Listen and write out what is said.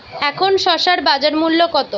এখন শসার বাজার মূল্য কত?